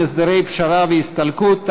הסדרי פשרה והסתלקות),